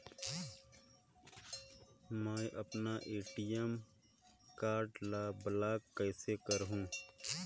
मै अपन ATM card ल ब्लाक कइसे करहूं?